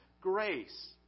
grace